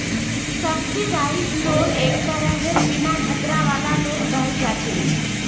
subsidised loan एक तरहेर बिन खतरा वाला लोन कहल जा छे